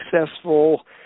successful